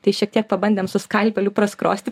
tai šiek tiek pabandėm su skalpeliu perskrosti